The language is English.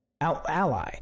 ally